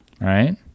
right